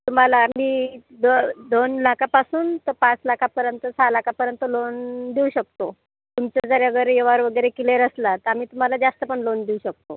तुम्हाला आम्ही द दोन लाखापासून तर पाच लाखापर्यंत सहा लाखापर्यंत लोन देऊ शकतो तुमचं जरा जर व्यवहार वगैरे क्लियर असला आम्ही तुम्हाला जास्त पण लोन देऊ शकतो